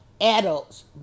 adults